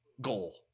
Goal